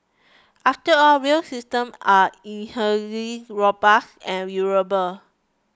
after all rail system are robust and durable